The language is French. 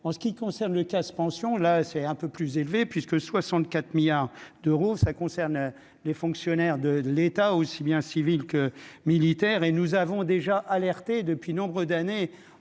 en ce qui concerne le casse-pension, là c'est un peu plus élevé puisque 64 milliards d'euros, ça concerne les fonctionnaires de l'état aussi bien civiles que militaires et nous avons déjà alerté depuis nombre d'années,